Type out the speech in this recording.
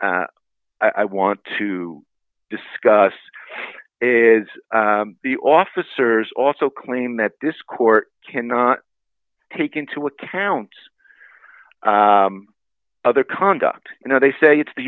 thing i want to discuss is the officers also claim that this court cannot take into account other conduct you know they say it's the